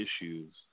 issues